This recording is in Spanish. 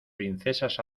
princesas